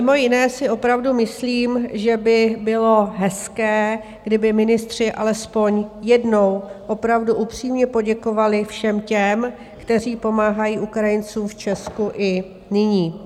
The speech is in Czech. Mimo jiné si opravdu myslím, že by bylo hezké, kdyby ministři alespoň jednou opravdu upřímně poděkovali všem těm, kteří pomáhají Ukrajincům v Česku i nyní.